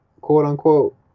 quote-unquote